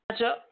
matchup